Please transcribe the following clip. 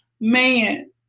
man